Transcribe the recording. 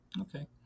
Okay